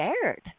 scared